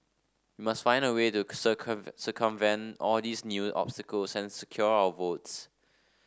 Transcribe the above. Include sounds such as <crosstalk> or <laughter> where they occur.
must find a way to <unintelligible> circumvent all these new obstacles and secure our votes